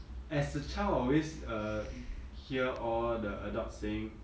as a child I always uh hear all the adult saying